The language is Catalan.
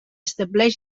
estableix